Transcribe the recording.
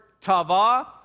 tava